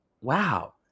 wow